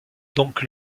donc